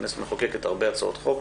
הכנסת מחוקקת הרבה הצעות חוק,